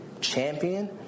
champion